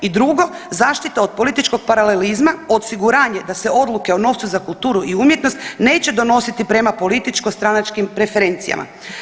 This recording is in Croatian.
I drugo zaštita od političkog paralelizma, osiguranje da se odluke o novcu za kulturu i umjetnost neće donositi prema političko-stranačkim preferencijama.